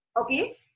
Okay